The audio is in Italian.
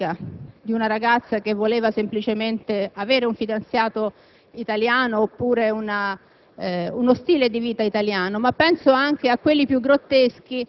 che hanno visto l'uccisione di una ragazza che voleva semplicemente avere un fidanzato italiano e uno